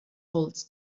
holz